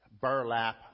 burlap